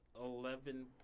eleven